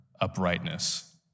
uprightness